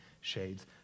Shades